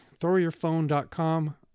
throwyourphone.com